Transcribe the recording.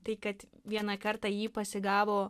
tai kad vieną kartą jį pasigavo